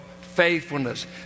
faithfulness